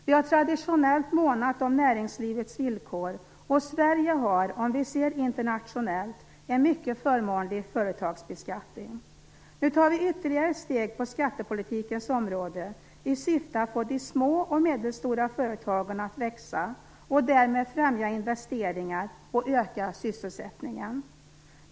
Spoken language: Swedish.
Vi har traditionellt månat om näringslivets villkor, och Sverige har, om vi ser det internationellt, en mycket förmånlig företagsbeskattning. Nu tar vi ytterligare ett steg på skattepolitikens område, i syfte att få de små och medelstora företagen att växa och därmed främja investeringar och öka sysselsättningen.